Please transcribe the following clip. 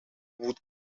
would